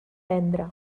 vendre